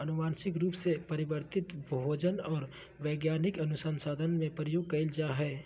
आनुवंशिक रूप से परिवर्तित भोजन और वैज्ञानिक अनुसन्धान में प्रयोग कइल जा हइ